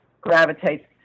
gravitates